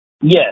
Yes